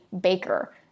baker